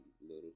Little